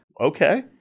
Okay